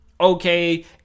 okay